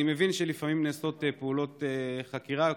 אני מבין שלפעמים נעשות פעולות חקירה מתוחכמות,